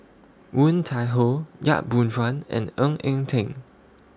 Woon Tai Ho Yap Boon Chuan and Ng Eng Teng